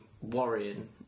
worrying